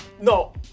no